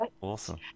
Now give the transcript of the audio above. awesome